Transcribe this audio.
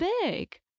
big